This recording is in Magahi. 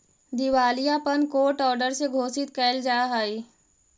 दिवालियापन कोर्ट ऑर्डर से घोषित कैल जा हई